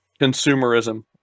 consumerism